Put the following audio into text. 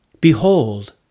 Behold